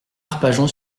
arpajon